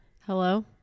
hello